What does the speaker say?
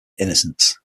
innocence